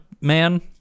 man